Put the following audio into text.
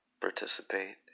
participate